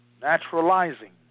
Naturalizing